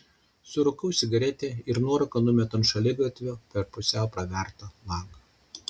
surūkau cigaretę ir nuorūką numetu ant šaligatvio per pusiau pravertą langą